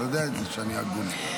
אתה יודע שאני הגון.